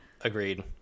Agreed